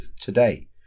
today